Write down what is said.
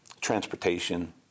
transportation